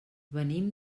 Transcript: venim